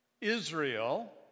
Israel